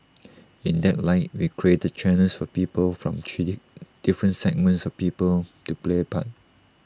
in that light we created channels for people from three different segments of people to play A part